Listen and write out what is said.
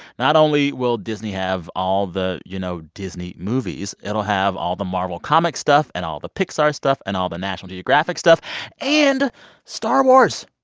not only will disney have all the, you know, disney movies, it'll have all the marvel comics stuff and all the pixar stuff and all the national geographic stuff and star wars.